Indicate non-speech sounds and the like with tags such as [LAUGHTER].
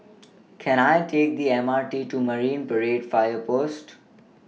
[NOISE] Can I Take The M R T to Marine Parade Fire Post